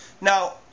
Now